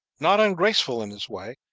not ungraceful in its way,